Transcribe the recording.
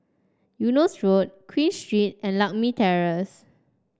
Eunos Road Queen Street and Lakme Terrace